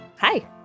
Hi